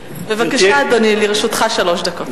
בבקשה, אדוני, לרשותך שלוש דקות.